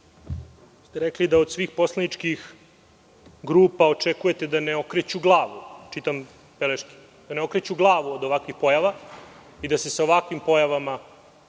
ste da od svih poslaničkih grupa očekujete da ne okreću glavu, čitam beleške, da ne okreću glavu od ovakvih pojava i da se sa ovakvim pojavama,